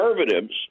conservatives